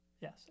yes